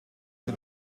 che